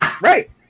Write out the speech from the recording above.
Right